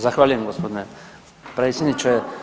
Zahvaljujem gospodine predsjedniče.